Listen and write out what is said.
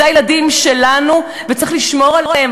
אלה הילדים שלנו, וצריך לשמור עליהם.